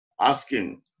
asking